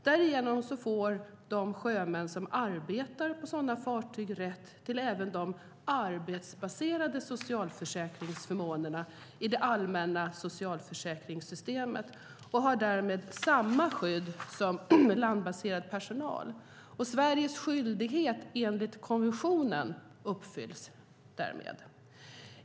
Därigenom får de sjömän som arbetar på sådana fartyg rätt till även de arbetsbaserade socialförsäkringsförmånerna i det allmänna socialförsäkringssystemet, och har därmed samma skydd som landbaserad personal. Sveriges skyldighet enligt konventionen uppfylls därmed.